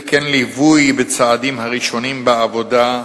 וכן ליווי בצעדים הראשונים בעבודה,